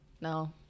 no